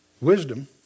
wisdom